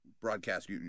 broadcast